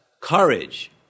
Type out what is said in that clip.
courage